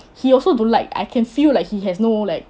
he also don't like I can feel like he has no like